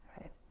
right